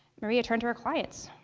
maria turned to her clients,